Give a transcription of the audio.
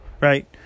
Right